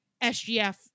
SGF